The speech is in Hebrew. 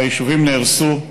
והיישובים נהרסו.